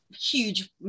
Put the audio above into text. huge